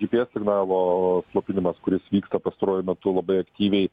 džy py es signalo slopinimas kuris vyksta pastaruoju metu labai aktyviai